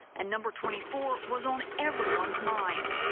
and number twenty four was on everyone's minds,